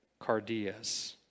cardias